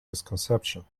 misconception